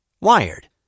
wired